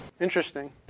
Interesting